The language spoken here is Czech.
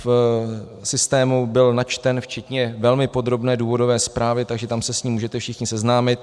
V systému byl načten včetně velmi podrobné důvodové zprávy, takže tam se s ním můžete všichni seznámit.